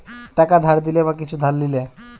টাকা ধার দিলে বা কিছু ধার লিলে